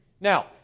Now